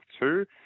two